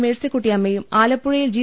Mercy ക്കുട്ടിയമ്മയും ആലപ്പുഴയിൽ G